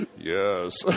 Yes